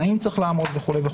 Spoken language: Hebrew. באיזה תנאים צריך לעמוד וכולי.